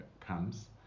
comes